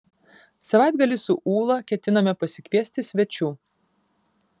savaitgalį su ūla ketiname pasikviesti svečių